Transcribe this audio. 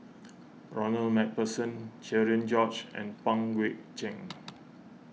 Ronald MacPherson Cherian George and Pang Guek Cheng